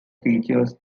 features